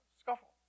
scuffle